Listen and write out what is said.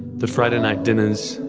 the friday night dinners,